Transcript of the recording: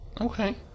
Okay